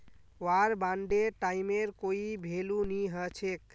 वार बांडेर टाइमेर कोई भेलू नी हछेक